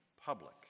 public